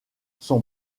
son